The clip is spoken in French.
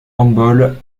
handball